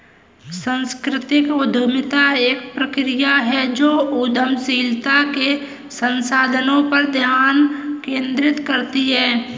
सांस्कृतिक उद्यमिता एक प्रक्रिया है जो उद्यमशीलता के संसाधनों पर ध्यान केंद्रित करती है